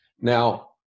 Now